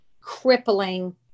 crippling